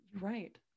Right